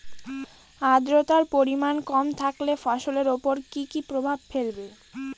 আদ্রর্তার পরিমান কম থাকলে ফসলের উপর কি কি প্রভাব ফেলবে?